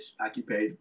occupied